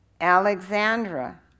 Alexandra